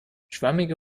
schwammige